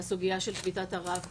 הסוגיה של שביתת הרעב,